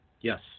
Yes